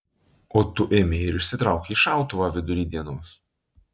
o tu ėmei ir išsitraukei šautuvą vidury dienos